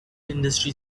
industry